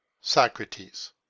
Socrates